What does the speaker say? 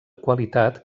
qualitat